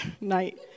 night